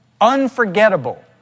unforgettable